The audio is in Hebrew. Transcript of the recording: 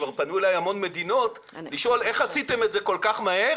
כבסר פנו אלי המון מדינות לשאול איך עשינו את זה כל כך מהר